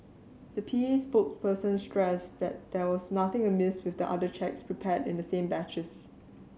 the P A spokesperson stressed that there was nothing amiss with the other cheques prepared in the same batches